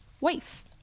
wife